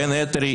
בין היתר,